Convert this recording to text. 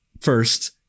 first